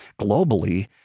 globally